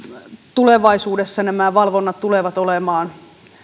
tulevaisuudessa nämä valvonnat tulevat olemaan